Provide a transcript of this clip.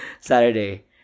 Saturday